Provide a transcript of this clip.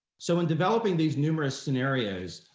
so in developing these numerous scenarios,